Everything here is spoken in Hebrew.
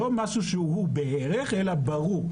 לא משהו שהוא בערך, אלא ברור.